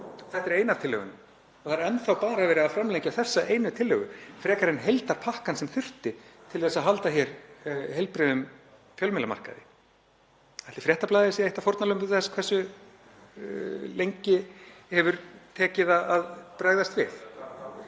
Þetta er ein af tillögunum og það er enn þá bara verið að framlengja þessa einu tillögu frekar en heildarpakkann sem þurfti til að halda hér heilbrigðum fjölmiðlamarkaði. Ætli Fréttablaðið sé eitt af fórnarlömbum þess hversu langan tíma hefur tekið að bregðast við?